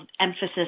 emphasis